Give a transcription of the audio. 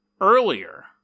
earlier